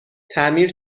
تعمیر